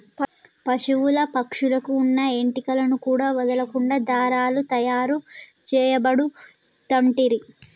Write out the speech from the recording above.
పశువుల పక్షుల కు వున్న ఏంటి కలను కూడా వదులకుండా దారాలు తాయారు చేయబడుతంటిరి